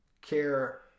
care